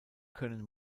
können